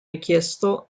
richiesto